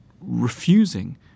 refusing